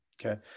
Okay